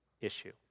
issue